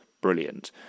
brilliant